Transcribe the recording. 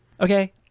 okay